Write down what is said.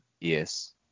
yes